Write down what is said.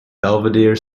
belvidere